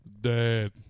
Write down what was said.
Dad